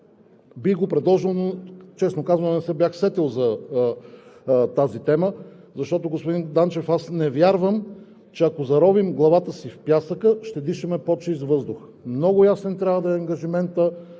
бих го предложил, но, честно казано, не се бях сетил за тази тема, защото, господин Данчев, аз не вярвам, че ако заровим главата си в пясъка, ще дишаме по-чист въздух. Много ясен трябва да е ангажиментът